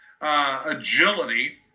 agility